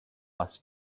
las